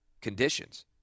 conditions